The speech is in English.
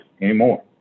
anymore